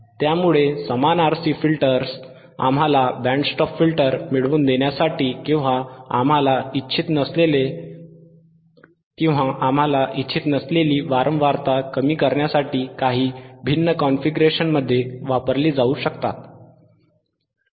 त्यामुळे समान RC filters आम्हाला बँड स्टॉप फिल्टर मिळवून देण्यासाठी किंवा आम्हाला इच्छित नसलेली वारंवारता कमी करण्यासाठी काही भिन्न कॉन्फिगरेशनमध्ये वापरली जाऊ शकतात